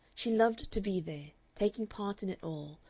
she loved to be there, taking part in it all,